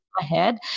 ahead